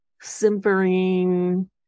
simpering